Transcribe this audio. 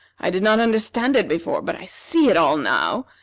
i did not understand it before, but i see it all now.